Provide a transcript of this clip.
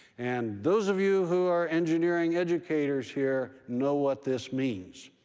and those of you who are engineering educators here know what this means.